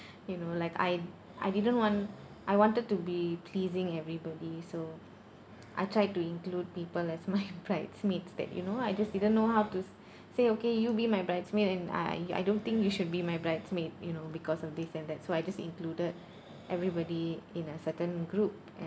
you know like I I didn't want I wanted to be pleasing everybody so I try to include people as my bridesmaids that you know I just didn't know how to say okay you'll be my bridesmaid and I I don't think you should be my bridesmaid you know because of this and that so I just included everybody in a certain group and